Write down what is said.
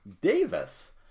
Davis